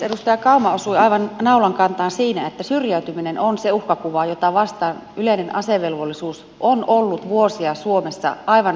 edustaja kauma osui naulan kantaan siinä että syrjäytyminen on se uhkakuva jota vastaan yleinen asevelvollisuus on ollut vuosia suomessa aivan hyvä lääke